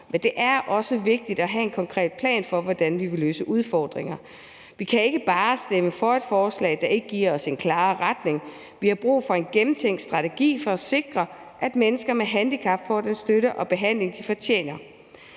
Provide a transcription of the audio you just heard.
Men det er også vigtigt at have en konkret plan for, hvordan vi vil løse udfordringer. Vi kan ikke bare stemme for et forslag, der ikke giver os en klarere retning. Vi har brug for en gennemtænkt strategi for at sikre, at mennesker med handicap får den støtte og behandling, de fortjener.